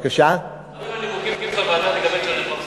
הקיצוץ של 3 מיליארד שקלים לשכבות החלשות